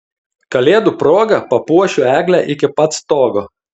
kalėdų proga papuošiu eglę iki pat stogo